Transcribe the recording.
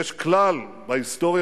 יש אמירה רצינית ביחס למצוקות,